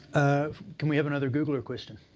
ah can we have another googler question?